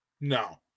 no